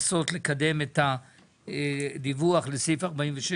את העניין הזה של לנסות לקדם את הדיווח לסעיף 46,